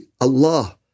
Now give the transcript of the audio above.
Allah